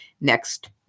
next